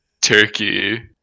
Turkey